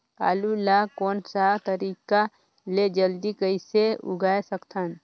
आलू ला कोन सा तरीका ले जल्दी कइसे उगाय सकथन?